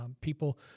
people